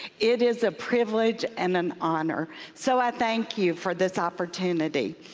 it is a privilege and an honor. so, i thank you for this opportunity.